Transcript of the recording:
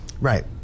Right